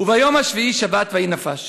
וביום השביעי שבת וינפש",